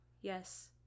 Yes